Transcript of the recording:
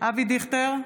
אבי דיכטר,